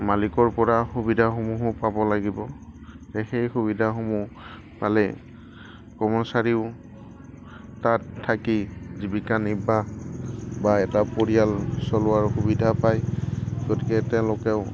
মালিকৰপৰা সুবিধাসমূহো পাব লাগিব এই সেই সুবিধাসমূহ পালে কৰ্মচাৰীও তাত থাকি জীৱিকা নিৰ্বাহ বা এটা পৰিয়াল চলোৱাৰ সুবিধা পায় গতিকে তেওঁলোকেও